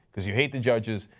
because you hate the judges,